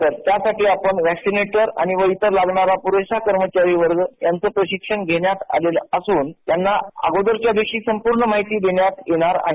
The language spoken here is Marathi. तर त्यासाठी आपण व्हॅक्सिनेशन व इतर लागणारा पुरेसा कर्मचारी वर्ग यांचं प्रशिक्षण घेण्यात आलेलं असून त्यांना अगोदरच्या दिवशी संपूर्ण माहिती देण्यात येणार आहे